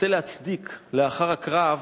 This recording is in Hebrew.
רוצה להצדיק לאחר הקרב